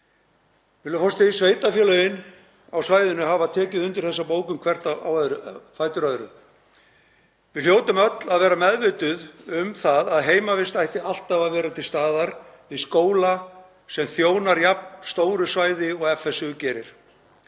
Virðulegi forseti. Sveitarfélögin á svæðinu hafa tekið undir þessa bókun hvert á fætur öðru. Við hljótum öll að vera meðvituð um það að heimavist ætti alltaf að vera til staðar við skóla sem þjónar jafn stóru svæði og FSu gerir.